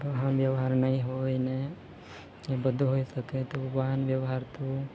વાહનવ્યવહાર નહીં હોયને એ બધું હોઈ શકે તો વાહનવ્યવહાર તો